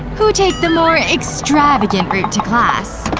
who take the more extravagant route to class.